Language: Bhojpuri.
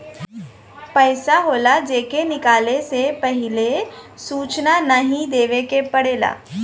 पइसा होला जे के निकाले से पहिले सूचना नाही देवे के पड़ेला